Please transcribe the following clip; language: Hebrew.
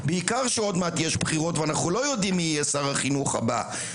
בעיקר כשעוד מעט יש בחירות ואנחנו לא יודעים מי יהיה שר החינוך הבא?